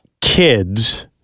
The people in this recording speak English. kids